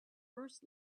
first